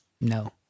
No